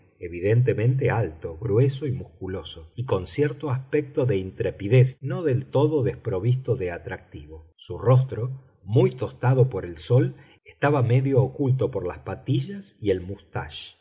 evidentemente alto grueso y musculoso y con cierto aspecto de intrepidez no del todo desprovisto de atractivo su rostro muy tostado por el sol estaba medio oculto por las patillas y el